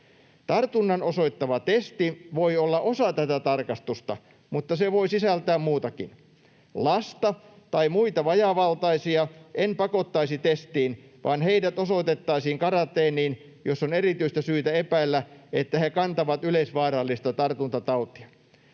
Tartunnan osoittava testi voi olla osa tätä tarkastusta, mutta se voi sisältää muutakin. Lasta tai muita vajaavaltaisia en pakottaisi testiin, vaan heidät osoitettaisiin karanteeniin, jos on erityistä syytä epäillä, että he kantavat yleisvaarallista tartuntatautia.